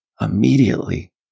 immediately